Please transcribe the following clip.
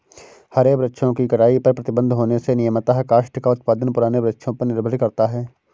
हरे वृक्षों की कटाई पर प्रतिबन्ध होने से नियमतः काष्ठ का उत्पादन पुराने वृक्षों पर निर्भर करता है